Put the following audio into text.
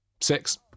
Six